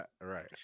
right